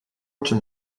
czym